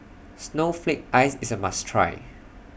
Snowflake Ice IS A must Try